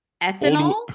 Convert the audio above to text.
ethanol